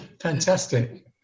Fantastic